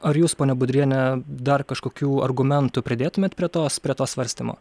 ar jūs ponia budriene dar kažkokių argumentų pridėtumėt prie tos prie to svarstymo